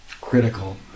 critical